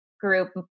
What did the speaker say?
group